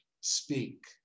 speak